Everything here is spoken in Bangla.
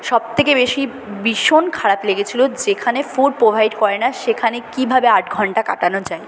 সব থেকে বেশি ভীষণ খারাপ লেগেছিল যেখানে ফুড প্রোভাইড করে না সেখানে কীভাবে আট ঘণ্টা কাটানো যায়